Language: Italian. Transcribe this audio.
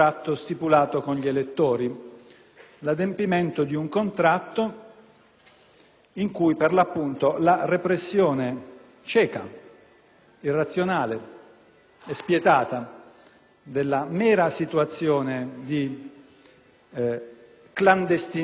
in cui, per l'appunto, la repressione cieca, irrazionale e spietata della mera situazione di clandestinità nel territorio dello Stato diventava uno dei punti fondamentali.